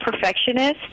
perfectionist